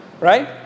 right